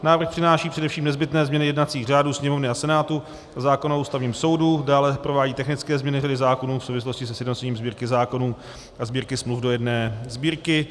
Návrh přináší především nezbytné změny jednacích řádů Sněmovny a Senátu a zákona o Ústavním soudu, dále provádí technické změny zákonů v souvislosti se sjednocením Sbírky zákonů a Sbírky smluv do jedné sbírky.